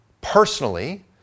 personally